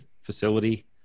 facility